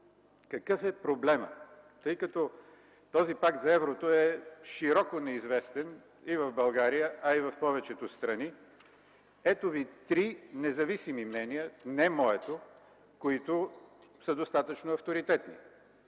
Какъв е проблемът? Тъй като този Пакт за еврото е широко неизвестен и в България, а и в повечето страни, ето Ви три независими мнения – не моето, които са достатъчно авторитетни.